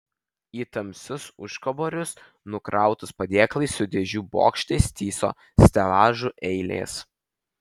į tamsius užkaborius nukrautus padėklais su dėžių bokštais tįso stelažų eilės